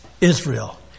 Israel